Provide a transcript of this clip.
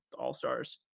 all-stars